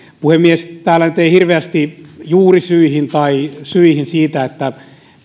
puhemies täällä nyt ei hirveästi menty juurisyihin tai syihin siitä